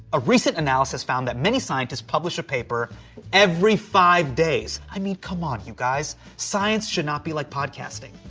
a recent analysis found that many scientists publish a paper every five days. i mean come on, you guys, science should not be like podcasting.